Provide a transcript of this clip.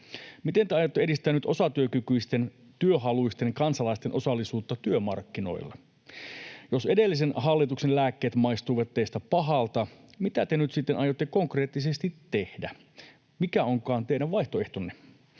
Miten te aiotte edistää nyt osatyökykyisten, työhaluisten kansalaisten osallisuutta työmarkkinoilla? Jos edellisen hallituksen lääkkeet maistuivat teistä pahalta, mitä te nyt sitten aiotte konkreettisesti tehdä? Mikä onkaan teidän vaihtoehtonne?